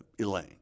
Elaine